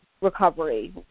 recovery